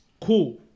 cool